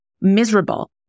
miserable